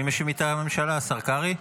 מי משיב מטעם הממשלה, השר קרעי?